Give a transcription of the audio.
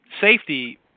Safety